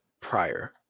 prior